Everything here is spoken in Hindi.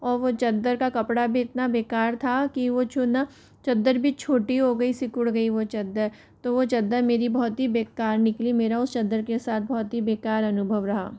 और वो चादर का कपड़ा भी इतना बेकार था कि वो छू ना चादर भी छोटी हो गई सिकुड़ गई वो चादर तो वो चादर मेरी बहुत ही बेकार निकली मेरा उस चादर के साथ बहुत ही बेकार अनुभव रहा